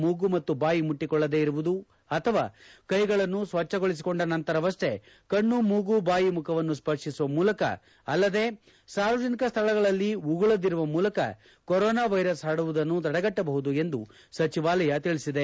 ಮೂಗು ಹಾಗೂ ಬಾಯಿ ಮುಟ್ಟಕೊಳ್ಳದೆ ಇರುವುದು ಅಥವಾ ಕೈಗಳನ್ನು ಸ್ವಚ್ಛಗೊಳಿಸಿಕೊಂಡ ನಂತರವಷ್ವೇ ಕಣ್ಣು ಮೂಗು ಬಾಯಿ ಮುಖವನ್ನು ಸ್ವರ್ತಿಸುವ ಮೂಲಕ ಅಲ್ಲದೆ ಸಾರ್ವಜನಿಕ ಸ್ಥಳಗಳಲ್ಲಿ ಉಗುಳದಿರುವ ಮೂಲಕ ಕೊರೋನಾ ವೈರಸ್ ಪರಡುವುದನ್ನು ತಡೆಗಟ್ಟಬಹುದು ಎಂದು ಸಚಿವಾಲಯ ತಿಳಿಸಿದೆ